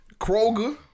Kroger